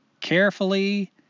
carefully